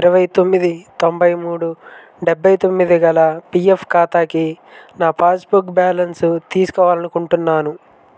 ఇరవై తొమ్మిది తొంభై మూడు డెబ్బై తొమ్మిది గల పీఎఫ్ ఖాతాకి నా పాస్బుక్ బ్యాలెన్స్ తీసుకోవాలనుకుంటున్నాను